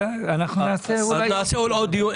אולי נעשה עוד דיון.